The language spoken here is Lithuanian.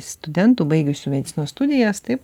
studentų baigusių medicinos studijas taip